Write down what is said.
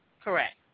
correct